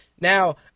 Now